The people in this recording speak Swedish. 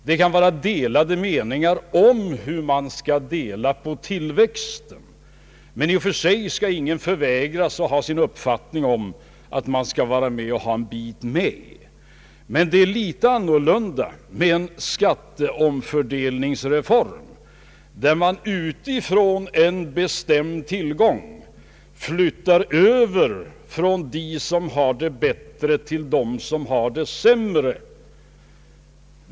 Det kan vara delade meningar om hur man skall dela på tillväxten, men i och för sig skall ingen förvägras att ha sin uppfattning om att han skall vara med och ha sin bit. Men det är litet annorlunda med en skatteomfördelningsreform, där man utifrån en bestämd tillgång flyttar över från dem som har det bättre till dem som har det sämre.